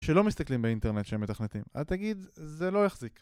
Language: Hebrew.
שלא מסתכלים באינטרנט שהם מתכנתים, אז תגיד, זה לא יחזיק